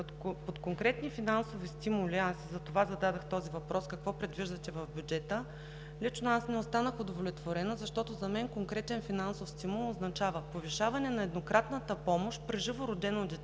Под конкретни финансови стимули, аз затова зададох този въпрос, какво предвиждате в бюджета? Лично аз не останах удовлетворена, защото за мен конкретен финансов стимул означава повишаване на еднократната помощ при живо родено дете